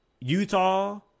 Utah